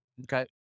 Okay